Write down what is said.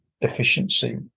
efficiency